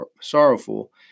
sorrowful